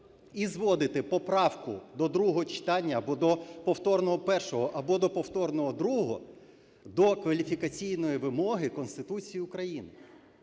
і зводите поправку до другого читання або до повторного першого, або до повторного другого до кваліфікаційної вимоги Конституції України.